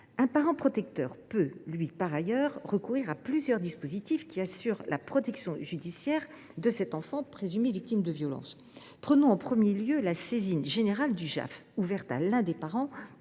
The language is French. Un parent protecteur peut, par ailleurs, recourir à plusieurs dispositifs qui assurent la protection judiciaire d’un enfant présumé victime de violences. Considérons, en premier lieu, la saisine générale du JAF, ouverte à l’un des parents